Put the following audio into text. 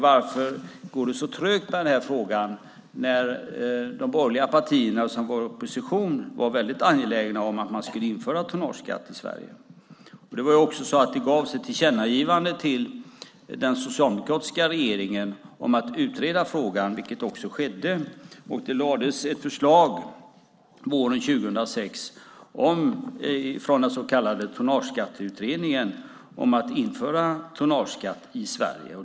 Varför går det så trögt med den här frågan, när de borgerliga partierna i opposition var väldigt angelägna om att man skulle införa tonnageskatt i Sverige? Det gavs också ett tillkännagivande till den socialdemokratiska regeringen om att utreda frågan, vilket skedde. Det lades fram ett förslag våren 2006 från den så kallade Tonnageskatteutredningen om att införa tonnageskatt i Sverige.